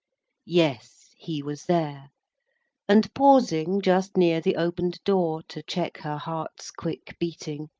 yes, he was there and pausing just near the open'd door, to check her heart's quick beating,